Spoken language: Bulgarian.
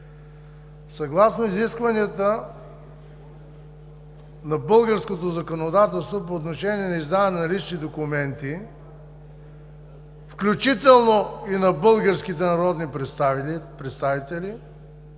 Съгласно изискванията на българското законодателство по отношение на издаване на лични документи, включително и на българските народни представители